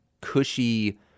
cushy